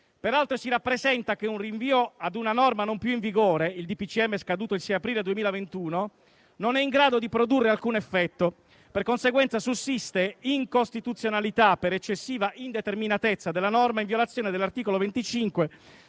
Peraltro, si rappresenta che un rinvio ad una norma non più in vigore ( il DPCM è scaduto il 6 Aprile 2021) non è in grado di produrre alcun effetto; per conseguenza, sussiste incostituzionalità per eccessiva indeterminatezza della norma in violazione dell'art. 25